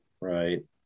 Right